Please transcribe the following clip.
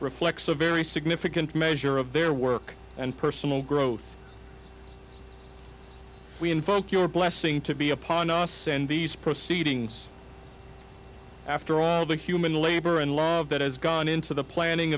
reflects a very significant measure of their work and personal growth we invoke your blessing to be upon us and these proceedings after all the human labor and law that has gone into the planning